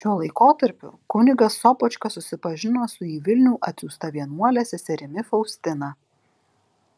šiuo laikotarpiu kunigas sopočka susipažino su į vilnių atsiųsta vienuole seserimi faustina